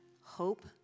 hope